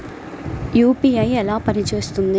UPI ఎలా పనిచేస్తుంది?